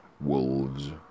wolves